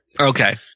okay